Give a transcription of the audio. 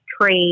trade